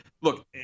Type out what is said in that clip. look